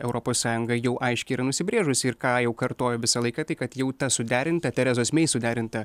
europos sąjunga jau aiškiai yra nusibrėžusi ir ką jau kartojo visą laiką tai kad jau tą suderinta terezos mei suderinta